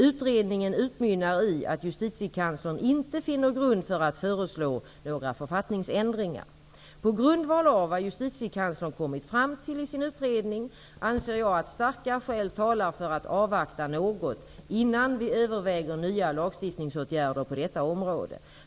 Utredningen utmynnar i att Justitiekanslern inte finner grund för att föreslå några författningsändringar. På grundval av vad Justitiekanslern kommit fram till i sin utredning, anser jag att starka skäl talar för att avvakta något innan vi överväger nya lagstiftningsåtgärder på detta område.